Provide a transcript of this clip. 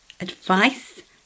advice